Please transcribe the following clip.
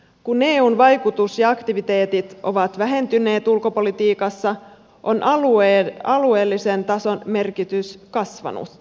kun eun vaikutus ja aktiviteetit ovat vähentyneet ulkopolitiikassa on alueellisen tason merkitys kasvanut